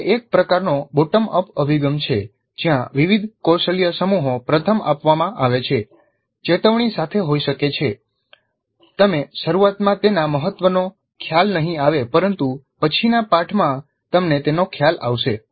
તે એક પ્રકારનો બોટમ અપ અભિગમ છે જ્યાં વિવિધ કૌશલ્ય સમૂહો પ્રથમ આપવામાં આવે છે ચેતવણી સાથે હોઈ શકે છે તમે શરૂઆતમાં તેના મહત્વનો ખ્યાલ નહીં આવે પરંતુ પછીના પાઠમાં તમને તેનો ખ્યાલ આવશે